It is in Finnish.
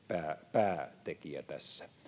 päätekijä tässä